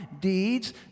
deeds